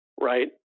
right